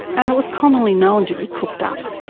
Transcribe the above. and it was commonly known to be cooked up,